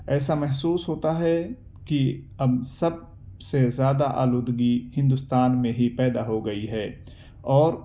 ایسا محسوس ہوتا کہ اب سب سے زیادہ آلودگی ہندوستان میں ہی پیدا ہو گئی ہے اور